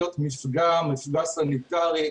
תודה רבה לך הגר סלקטר ממשרד המשפטים.